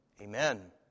Amen